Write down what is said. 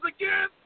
again